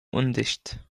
undicht